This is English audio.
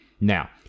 now